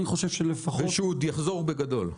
אני חושב שלפחות -- ושהוא עוד יחזור בגדול.